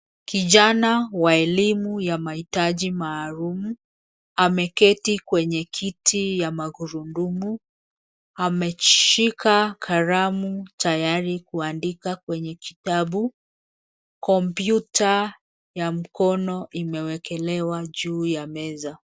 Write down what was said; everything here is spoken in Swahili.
Kijana wa elimu ya mahitaji maalum ameketi kwenye kiti ya magurudumu. Ameshika kalamu tayari kuandika kwenye kitabu. Kompyuta ya mkono imwekekelewa juu ya meza.